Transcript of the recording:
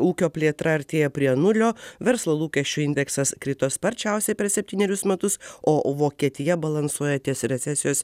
ūkio plėtra artėja prie nulio verslo lūkesčių indeksas krito sparčiausiai per septynerius metus o vokietija balansuoja ties recesijos